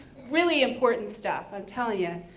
really important stuff, i'm telling ya.